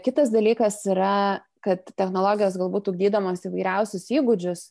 kitas dalykas yra kad technologijos galbūt ugdydamos įvairiausius įgūdžius